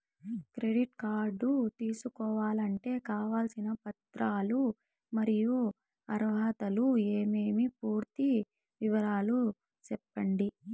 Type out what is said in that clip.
Credit card తీసుకోవాలంటే కావాల్సిన పత్రాలు మరియు అర్హతలు ఏమేమి పూర్తి వివరాలు సెప్పండి?